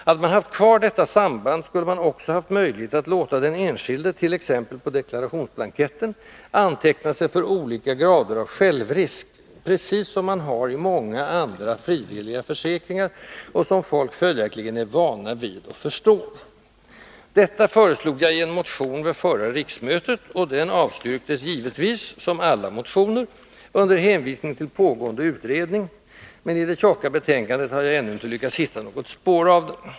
Hade man haft kvar detta samband skulle man också ha haft möjlighet att låta den enskilde t.ex. på deklarationsblanketten anteckna sig för olika grader av ”självrisk” — precis som man har i många andra frivilliga försäkringar och som folk följaktligen är vana vid och förstår. Detta föreslog jag i en motion vid förra riksmötet , och den avstyrktes givetvis — som alla motioner — under hänvisning till pågående utredning; men i det tjocka betänkandet har jag ännu inte lyckats hitta något spår av den.